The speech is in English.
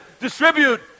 distribute